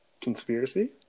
Conspiracy